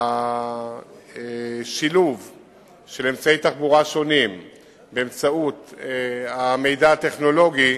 השילוב של אמצעי תחבורה שונים באמצעות המידע הטכנולוגי,